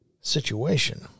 situation